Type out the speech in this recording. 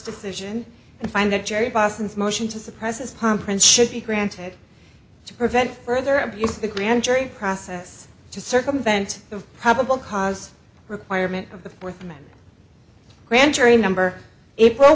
decision and find that jerry boson's motion to suppress his palm print should be granted to prevent further abuse the grand jury process to circumvent the probable cause requirement of the fourth amendment grand jury number april